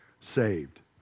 saved